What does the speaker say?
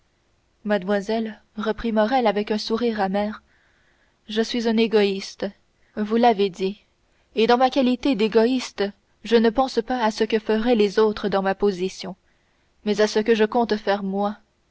mademoiselle reprit morrel avec un sourire amer je suis un égoïste vous l'avez dit et dans ma qualité d'égoïste je ne pense pas à ce que feraient les autres dans ma position mais à ce que je compte faire moi